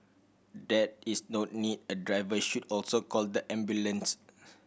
there is no need a driver should also call the ambulance